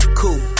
cool